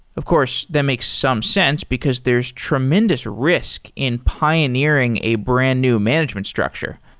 of course, that makes some sense, because there's tremendous risk in pioneering a brand-new management structure.